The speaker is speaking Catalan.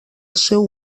seu